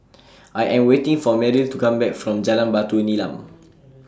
I Am waiting For Meryl to Come Back from Jalan Batu Nilam